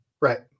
Right